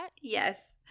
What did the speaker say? yes